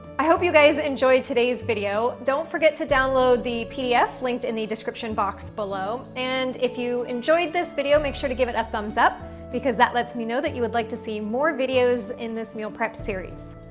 i hope you guys enjoyed today's video. don't forget to download the pdf linked in the description box below. and if you enjoyed this video make sure to give it a thumbs up because that lets me know that you would like to see more videos in this meal prep series.